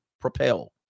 propel